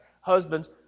Husbands